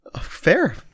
Fair